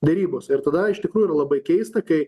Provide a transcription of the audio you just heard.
derybose ir tada iš tikrųjų labai keista kai